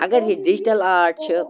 اَگر یہِ digital art چھِ